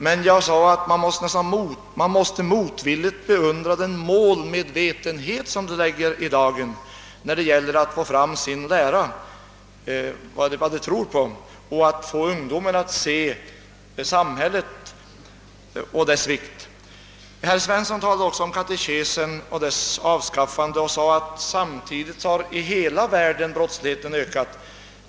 Vad jag sade var att man om än motvilligt måste beundra den målmedvetenhet som de lägger i dagen när det gäller att få fram sin lära och vad de tror på för att få ungdomen att förstå samhällets betydelse. Herr Svensson talade också om katekesen och dess avskaffande. Samtidigt, sade han, hade brottsligheten ökat i hela världen.